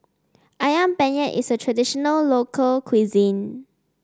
ayam penyet is a traditional local cuisine